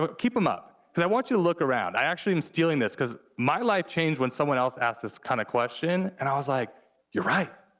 but keep em up, cause i want you to look around, i actually am stealing this, cause my life changed when someone else asked this kinda question, and i was like you're right.